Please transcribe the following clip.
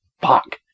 fuck